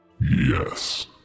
Yes